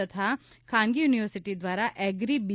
તથા ખાનગી યુનિવર્સિટી દ્વારા એગ્રી બી